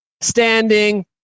standing